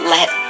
Let